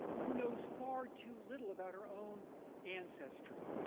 who knows far too little about her own ancestry.